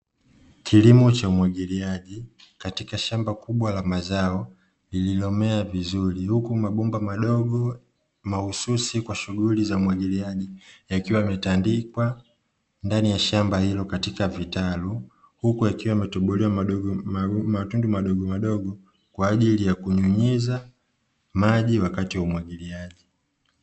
Kilimo cha umwagiliaji katika shamba kubwa la mazao lililomea vizuri, huku mabomba madogo mahususi kwa shughuli za umwagiliaji yakiwa yametandikwa ndani ya shamba hilo katika vitali huku yakiwa yametobolewa matundu madogo madogo kwa ajili ya kunyunyiza maji wakati wa umwagiliaji.